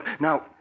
Now